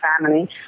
family